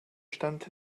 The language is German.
stand